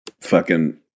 Fucking-